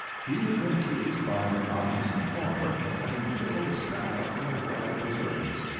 he had been accused by an anonymous informer, of having killed a stag in the royal preserves.